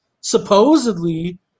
supposedly